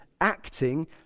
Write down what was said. acting